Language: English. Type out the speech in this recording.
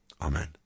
Amen